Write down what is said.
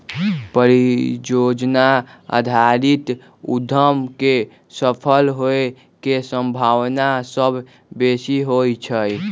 परिजोजना आधारित उद्यम के सफल होय के संभावना सभ बेशी होइ छइ